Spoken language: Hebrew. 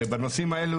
בנושאים האלו,